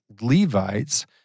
Levites